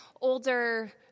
older